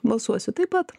balsuosiu taip pat